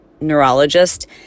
neurologist